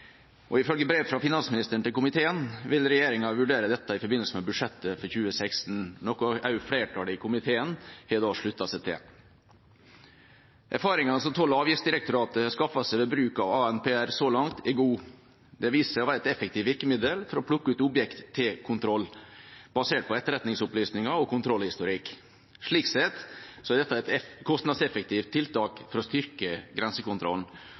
ferjeterminaler. Ifølge brev fra finansministeren til komiteen vil regjeringa vurdere dette i forbindelse med budsjettet for 2016, noe flertallet i komiteen har sluttet seg til. Erfaringene som Toll- og avgiftsdirektoratet har skaffet seg om bruk av ANPR så langt, er gode. Det viser seg å være et effektivt virkemiddel for å plukke ut objekt til kontroll basert på etterretningsopplysninger og kontrollhistorikk. Slik sett er dette et kostnadseffektivt tiltak for å styrke grensekontrollen